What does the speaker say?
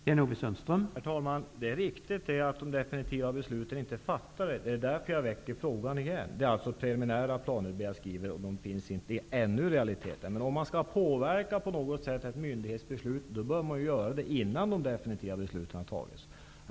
Herr talman! Det är riktigt att de definitiva besluten inte har fattats. Det är därför jag väcker frågan igen. Jag beskriver de preliminära planer som ännu inte finns i realiteten. Om man skall kunna påverka ett myndighetsbeslut på något sätt bör man göra det innan de definitiva besluten har fattats.